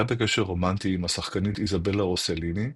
היה בקשר רומנטי עם השחקנית איזבלה רוסליני,